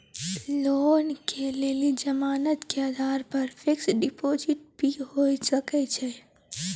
Loan के लेल जमानत के आधार पर फिक्स्ड डिपोजिट भी होय सके छै?